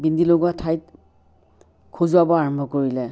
বিন্দি লগোৱা ঠাইত খজুৱাব আৰম্ভ কৰিলে